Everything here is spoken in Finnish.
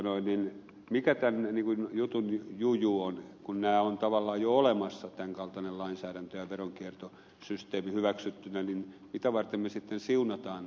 vai mikä tämän jutun juju on kun tämän kaltainen lainsäädäntö ja veronkiertosysteemi ovat jo tavallaan hyväksyttyjä niin mitä varten me sitten siunaamme näitä